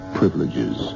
privileges